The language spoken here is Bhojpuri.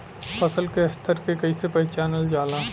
फसल के स्तर के कइसी पहचानल जाला